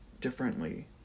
differently